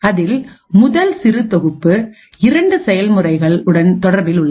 அதில் முதல் சிறு தொகுப்பு இரண்டு செயல்முறைகள் உடன் தொடர்பில் உள்ளது